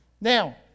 Now